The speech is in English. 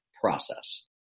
process